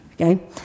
okay